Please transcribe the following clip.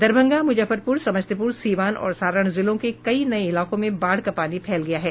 दरभंगा मुजफ्फरपुर समस्तीपुर सीवान और सारण जिलों के कई नये इलाकों में बाढ़ का पानी फैल गया है